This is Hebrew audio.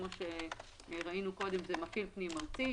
שכפי שראינו קודם זה מפעיל פנים ארצי,